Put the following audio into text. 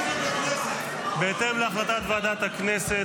בהתאם להחלטת ועדת הכנסת,